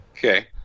Okay